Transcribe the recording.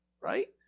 Right